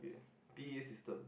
p_a system